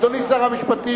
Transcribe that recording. אדוני שר המשפטים,